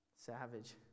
Savage